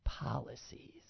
policies